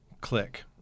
Click